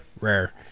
rare